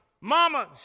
mama